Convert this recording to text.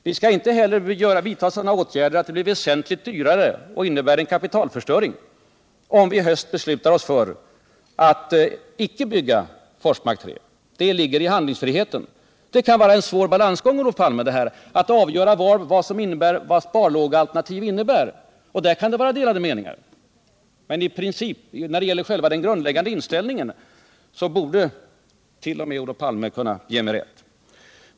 Vi skall inte heller vidta sådana åtgärder att det blir väsentligt dyrare och innebär kapitalförstöring, om vii höst beslutar oss för att icke bygga Forsmark 3. Det ligger i handlingsfriheten. Det kan vara en svår balansgång, Olof Palme, att avgöra vad ett sparlågealternativ innebär, och där kan det råda delade meningar, men i princip, när det gäller själva den grundläggande inställningen, borde t.o.m. Olof Palme kunna ge mig rätt.